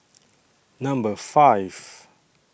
Number five